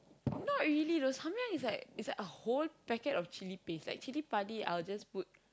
not really though Samyang is like is like a whole packet of chilli paste like chilli-padi I'll just put